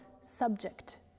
subject